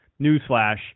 Newsflash